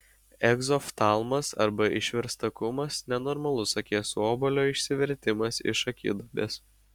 egzoftalmas arba išverstakumas nenormalus akies obuolio išsivertimas iš akiduobės